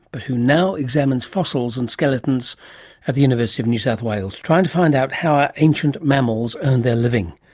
but who now examines fossils and skeletons at the university of new south wales, trying to find out how our ancient mammals earned their living,